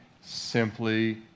simply